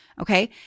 Okay